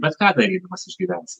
bet ką darydamas išgyvensi